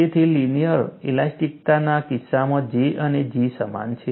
તેથી લિનિયર ઇલાસ્ટિકતાના કિસ્સામાં J અને G સમાન છે